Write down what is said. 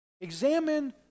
Examine